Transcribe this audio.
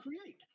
create